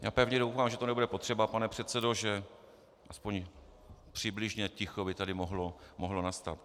Já pevně doufám, že to nebude potřeba, pane předsedo, že aspoň přibližně ticho by tady mohlo nastat.